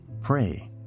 Pray